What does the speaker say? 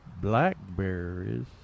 blackberries